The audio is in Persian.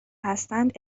هستند